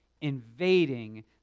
invading